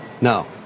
no